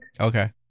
Okay